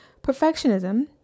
Perfectionism